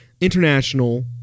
international